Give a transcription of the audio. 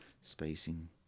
Spacing